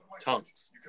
tongues